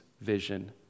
vision